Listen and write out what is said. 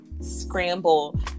scramble